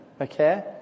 okay